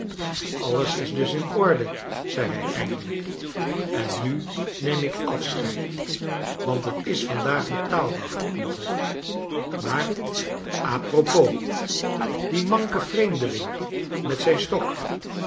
alles is dus in orde zei hij eindelijk en nu neem ik afscheid want het is vandaag betaaldag in het hoi maar a propos die manke vreemdeling met zijn stok